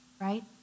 right